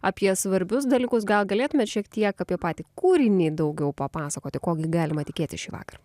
apie svarbius dalykus gal galėtumėt šiek tiek apie patį kūrinį daugiau papasakoti ko gi galima tikėtis šįvakar